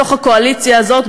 בתוך הקואליציה הזאת,